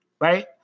Right